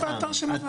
מה זה אח"מ?